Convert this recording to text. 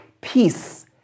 peace